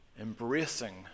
embracing